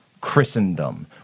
Christendom